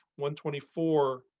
124